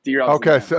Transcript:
Okay